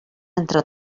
entre